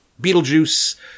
Beetlejuice